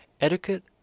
Etiquette